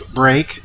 break